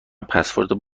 پسورد